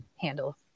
handle